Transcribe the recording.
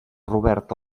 robert